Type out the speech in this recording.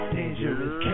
Dangerous